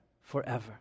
forever